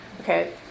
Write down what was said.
Okay